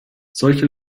solche